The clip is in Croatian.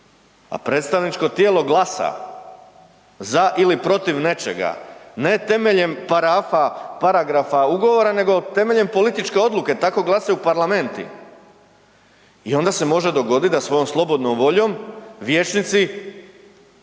a predstavničko tijelo glasa za ili protiv nečega, ne temeljem parafa paragrafa ugovora nego temeljem političke odluke, tako glasaju parlamenti. I onda se može dogoditi da svojom slobodnom voljom vijećnici